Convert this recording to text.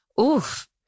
Oof